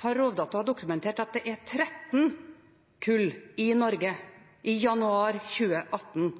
har Rovdata dokumentert at det er 13 kull i Norge i